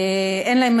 אין להם